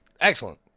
Excellent